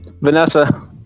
Vanessa